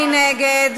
מי נגד?